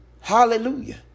Hallelujah